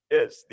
Yes